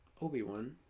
Obi-Wan